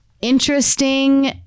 interesting